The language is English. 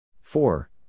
Four